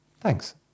Thanks